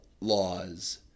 laws